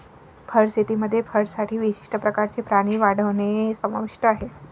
fur शेतीमध्ये फरसाठी विशिष्ट प्रकारचे प्राणी वाढवणे समाविष्ट आहे